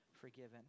forgiven